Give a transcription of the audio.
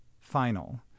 final